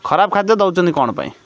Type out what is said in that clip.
ଖରାପ ଖାଦ୍ୟ ଦେଉଛନ୍ତି କ'ଣ ପାଇଁ